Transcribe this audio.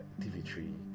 TV3